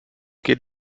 geht